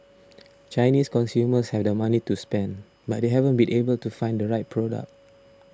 Chinese consumers have the money to spend but they haven't been able to find the right product